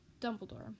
dumbledore